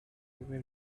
were